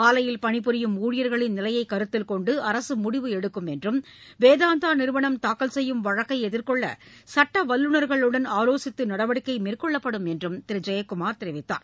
ஆலையில் பணி புரியும் ஊழியர்களின் நிலையை கருத்தில் கொண்டு அரசு முடிவு எடுக்கும் என்றும் வேதாந்தா நிறுவனம் தாக்கல் செய்யும் வழக்கை எதிர்கொள்ள சட்ட வல்லூநர்களுடன் ஆலோசித்து நடவடிக்கை மேற்கொள்ளப்படும் என்றும் திரு ஜெயக்குமார் தெரிவித்தார்